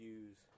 use